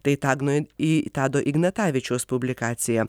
tai tagnui į tado ignatavičiaus publikacija